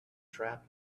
trap